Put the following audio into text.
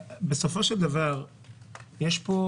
בסופו של דבר יש פה